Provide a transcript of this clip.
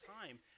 time